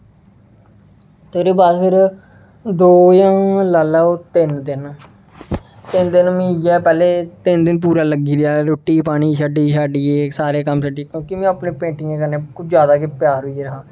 ते ओह्दे बाद फिर दो जां लाई लैओ तिन्न दिन तिन्न दिन मिगी इ'यै पैह्लें तिन्न दिन पूरा लग्गी रेहा रुट्टी पानी छड्डी छाड्डियै इक सारे कम्म छड्डियै क्योंकि में अपने पेंटिंगें कन्नै कुछ जादा गै प्यार होई गेदा हा